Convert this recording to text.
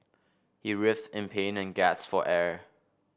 he writhed in pain and gasped for air